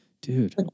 dude